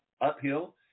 uphill